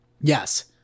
Yes